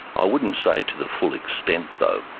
i wouldn't say to the full extent though.